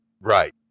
Right